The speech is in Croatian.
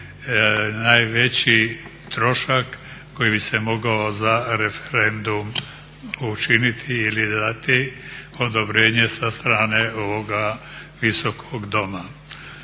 najveći trošak koji bi se mogao za referendum učiniti ili dati odobrenje sa strane ovoga Visokog doma.